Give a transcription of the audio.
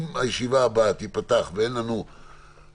אם הישיבה הבאה תיפתח ולא תהיה לנו תוכנית,